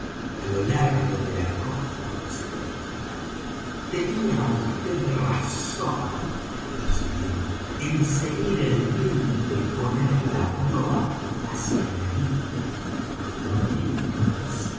á lo largo de la costa occidental tenía vd razón prosiguió en ceñir el viento y poner la proa hacia la isla por lo menos